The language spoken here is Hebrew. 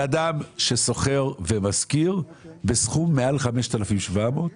על אדם ששוכר ומשכיר, בסכום מעל 5,700 ₪,